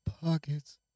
Pockets